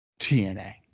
TNA